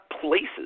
places